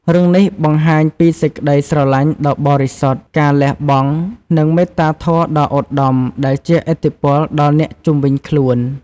រឿងនេះបង្ហាញពីសេចក្តីស្រឡាញ់ដ៏បរិសុទ្ធ ការលះបង់ និងមេត្តាធម៌ដ៏ឧត្តមដែលជះឥទ្ធិពលដល់អ្នកជុំវិញខ្លួន។